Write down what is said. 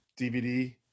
DVD